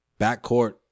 backcourt